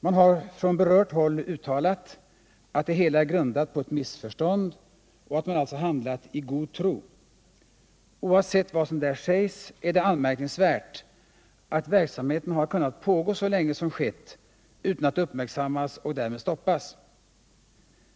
Man har från berört håll uttalat att det hela är grundat på ett missförstånd och att man alltså handlat i god tro. Oavsett vad som där sägs är det anmärkningsvärt att verksamheten kunnat pågå så länge som skett utan att uppmärksammas och därmed stoppas.